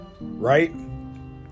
right